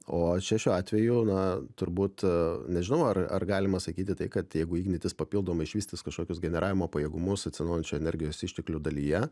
o čia šiuo atveju na turbūt nežinau ar ar galima sakyti tai kad jeigu ignitis papildomai išvystys kažkokius generavimo pajėgumus atsinaujinančių energijos išteklių dalyje